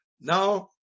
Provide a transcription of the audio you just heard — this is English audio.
Now